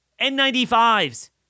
N95s